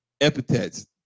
epithets